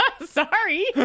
Sorry